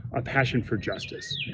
a passion for justice.